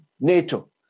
NATO